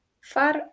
Far